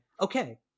okay